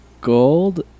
gold